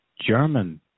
German